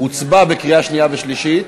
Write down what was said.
הוצבע בקריאה שנייה ושלישית,